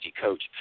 coach